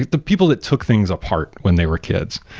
the people that took things apart when they were kids.